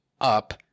up